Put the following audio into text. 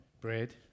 bread